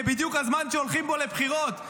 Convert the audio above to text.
זה בדיוק הזמן שהולכים בו לבחירות.